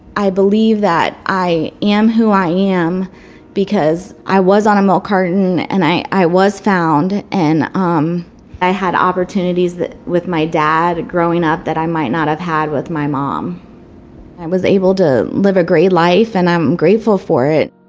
i believe that i am who i am because i was on a milk carton, and i i was found, and um i had opportunities with my dad growing up that i might not have had with my mom. i was able to live a great life, and i'm grateful for it.